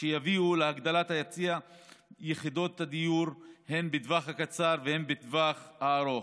שיביאו להגדלת היצע יחידות הדיור הן בטווח הקצר והן בטווח הארוך: